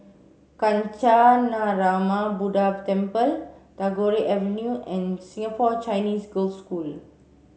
Kancanarama Buddha Temple Tagore Avenue and Singapore Chinese Girls' School